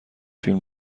فیلم